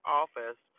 office